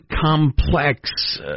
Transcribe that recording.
complex